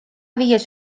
viies